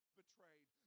betrayed